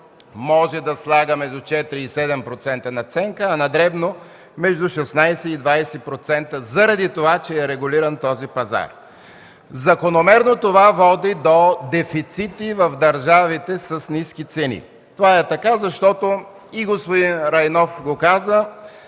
може да слага между 4 и 7% надценка, а на дребно – между 16 и 20%, заради това че е регулиран този пазар. Закономерно това води до дефицити в държавите с ниски цени. Това е така и господин Райнов го каза,